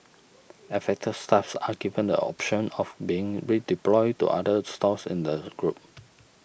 affected staff are given the option of being redeployed to other stores in the group